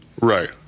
Right